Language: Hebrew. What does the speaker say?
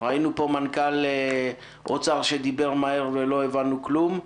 ראינו פה את מנכ"ל משרד האוצר שדיבר מהר ולא הבנו כלום,